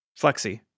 Flexi